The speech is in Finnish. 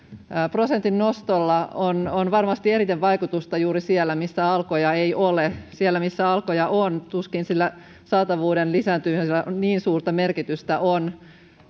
prosentin nostolla on on varmasti eniten vaikutusta juuri siellä missä alkoja ei ole siellä missä alkoja on tuskin sillä saatavuuden lisääntymisellä niin suurta merkitystä on